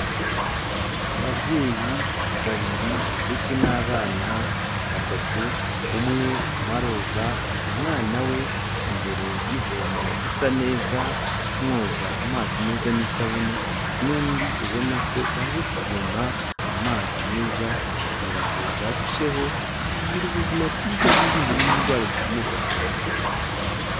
Ababyeyi babiri ndetse n'abana batatu umwe maroza umwana we imbere y'ivomo isa neza, amwoza amazi meza n'isabune n'undi ubona ko baje kuvoma amazi meza kugira ngo barusheho kugira ubuzima bwiza biririnde n'indwara zikomoka ku mwanda.